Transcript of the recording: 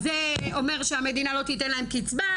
אז זה אומר שהמדינה לא תיתן להם קצבה?